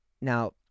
Now